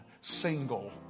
single